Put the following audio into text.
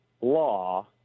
law